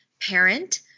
parent